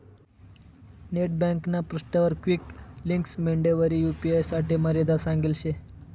net ब्यांकना पृष्ठावर quick links मेंडवरी यू.पी.आय साठे मर्यादा सांगेल शे